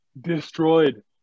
destroyed